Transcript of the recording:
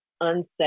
unsafe